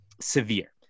severe